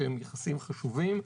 שהם יחסים חשובים.